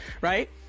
right